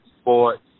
sports